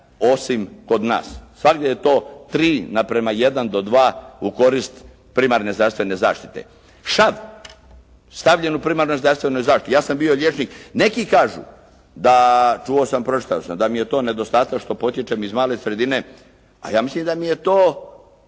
osim kod nas. Svagdje je to 3 naprama 1 do 2 u korist primarne zdravstvene zaštite. Šav, stavljen u primarnoj zdravstvenoj zaštiti. Ja sam bio liječnik. Neki kažu, da čuo sam, pročitao sam, da mi je to nedostatak što potječem iz male sredine, a ja mislim da mi je to